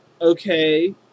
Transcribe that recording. Okay